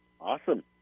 Awesome